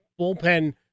bullpen